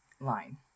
line